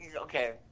Okay